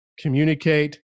communicate